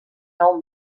nou